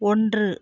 ஒன்று